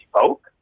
folk